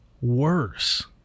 worse